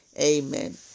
Amen